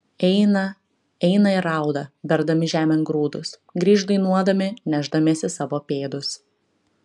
eina eina ir rauda berdami žemėn grūdus grįš dainuodami nešdamiesi savo pėdus